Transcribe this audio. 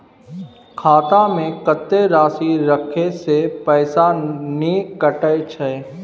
खाता में कत्ते राशि रखे से पैसा ने कटै छै?